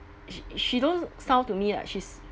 she she don't sound to me like she's